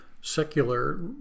secular